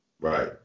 Right